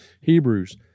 Hebrews